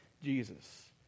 Jesus